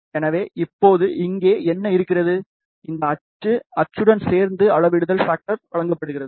எனவே இப்போது இங்கே என்ன இருக்கிறது இந்த அச்சு அச்சுடன் சேர்ந்து அளவிடுதல் ஃபேக்டர் வழங்கப்படுகிறது